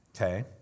Okay